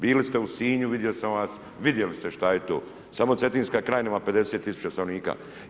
Bili ste u Sinju, vidio sam vas, vidjeli ste šta je to, samo Cetinska krajina ima 50000 stanovnika.